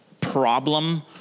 problem